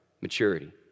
Maturity